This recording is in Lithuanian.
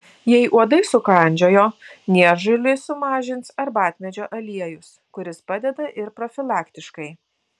jei uodai sukandžiojo niežulį sumažins arbatmedžio aliejus kuris padeda ir profilaktiškai